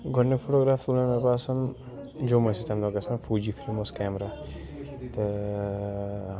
گۄڈٕنیُک باسان جوم ٲسۍ أسۍ تمہِ دۄہ گژھان فوجی فلم اوس کیمرا تہٕ